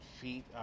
feet